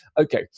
okay